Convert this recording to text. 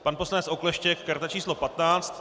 Pan poslanec Okleštěk, karta číslo 15.